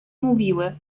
mówiły